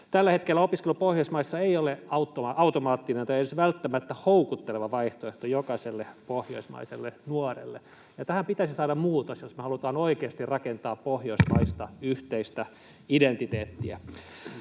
Tällä hetkellä opiskelu Pohjoismaissa ei ole automaattinen tai edes välttämättä houkutteleva vaihtoehto jokaiselle pohjoismaiselle nuorelle. Ja tähän pitäisi saada muutos, jos me haluamme oikeasti rakentaa yhteistä pohjoismaista identiteettiä.